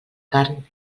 carn